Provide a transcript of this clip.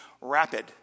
rapid